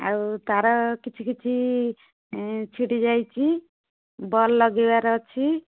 ଆଉ ତାର କିଛି କିଛି ଛିଡ଼ି ଯାଇଛି ବଲ୍ ଲଗେଇବାର ଅଛି